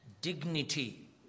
dignity